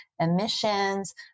emissions